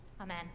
Amen